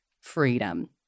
Freedom